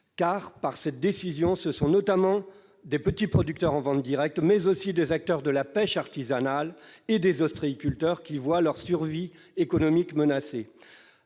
? Par cette décision, en effet, ce sont notamment des petits producteurs en vente directe, mais aussi des acteurs de la pêche artisanale et des ostréiculteurs qui voient leur survie économique menacée.